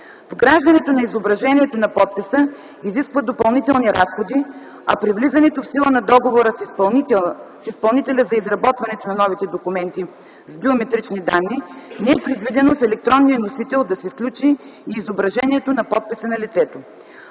Вграждането на изображението на подписа изисква допълнителни разходи, а при влизането в сила на договора с изпълнителя за изработването на новите документи с биометрични данни не е предвидено в електронния носител да се включи и изображението на подписа на лицето.